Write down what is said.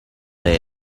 they